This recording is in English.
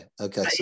okay